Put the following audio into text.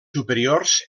superiors